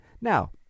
Now